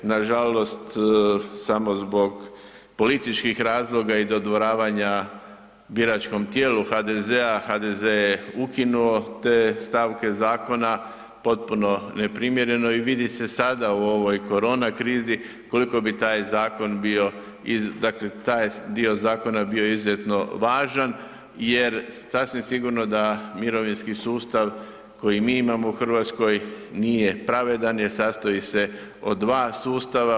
Nažalost, samo zbog političkih razloga i dodvoravanja biračkom tijelu HDZ-a, HDZ je ukinuo te stavke zakona potpuno neprimjereno i vidi se sada u ovoj korona krizi koliko bi taj zakon bio, dakle taj dio zakona bio izuzetno važan jer sasvim sigurno da mirovinski sustav koji mi imamo u Hrvatskoj nije pravedan jer sastoji se od dva sustava.